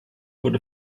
wurde